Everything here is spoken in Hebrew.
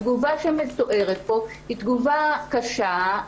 התגובה שמתוארת היא תגובה קשה,